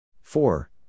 Four